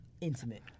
intimate